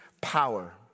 power